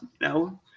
no